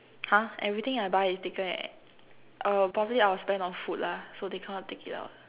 !huh! everything I buy is taken probably I will spend on food lah so they cannot take it out